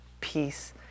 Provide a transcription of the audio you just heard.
peace